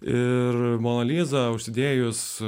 ir moralizavo užsidėjus